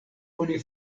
oni